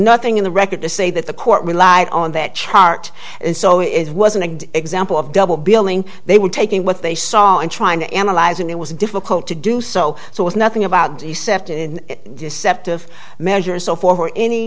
nothing in the record to say that the court relied on that chart and so it wasn't a good example of double billing they were taking what they saw and trying to analyze and it was difficult to do so so it's nothing about the sefton deceptive measure so for